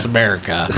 America